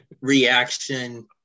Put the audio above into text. reaction